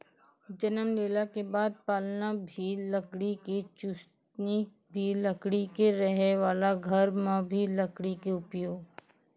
जन्म लेला के बाद पालना भी लकड़ी के, चुसनी भी लकड़ी के, रहै वाला घर मॅ भी लकड़ी के उपयोग